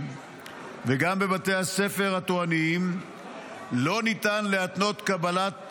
וגם בבתי הספר התורניים לא ניתן להתנות קבלת